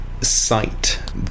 site